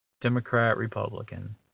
Democrat-Republican